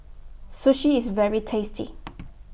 Sushi IS very tasty